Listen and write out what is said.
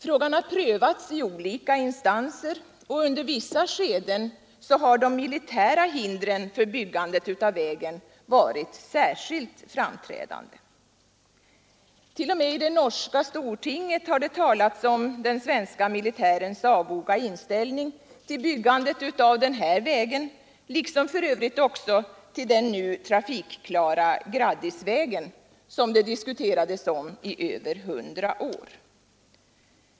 Frågan har prövats i olika instanser, och under vissa skeden har de militära hindren för byggandet av vägen varit särskilt framträdande. T. o. m. i det norska stortinget har det talats om den svenska militärens avvoga inställning till byggandet av denna väg, liksom för övrigt också till den nu trafikklara Graddisvägen, som det diskuterades om i över 100 år.